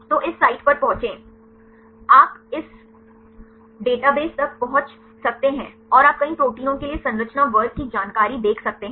तो इस साइट पर पहुँचें आप इस डेटाबेस तक पहुँच सकते हैं और आप कई प्रोटीनों के लिए संरचना वर्ग की जानकारी देख सकते हैं